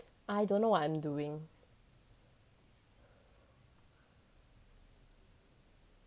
I don't know what I'm doing